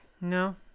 No